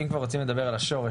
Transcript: אם כבר רוצים לדבר על השורש.